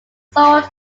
sold